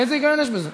איזה היגיון יש בזה?